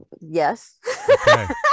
Yes